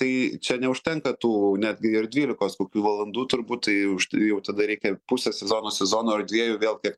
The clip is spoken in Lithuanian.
tai čia neužtenka tų netgi ir dvylikos kokių valandų turbūt tai jau tada reikia pusę sezono sezono ar dviejų vėl kiek